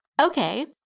Okay